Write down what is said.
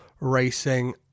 racing